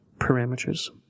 parameters